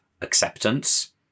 acceptance